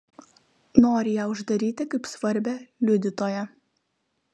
nori ją uždaryti kaip svarbią liudytoją